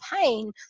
pain